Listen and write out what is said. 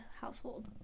household